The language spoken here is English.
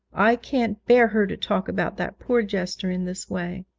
i can't bear her to talk about that poor jester in this way